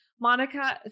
Monica